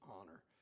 honor